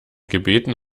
gebeten